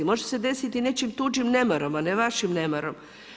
Može se desiti nečijim tuđim nemarom a ne vašim nemarom.